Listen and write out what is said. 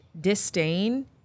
disdain